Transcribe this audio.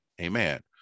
Amen